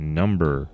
number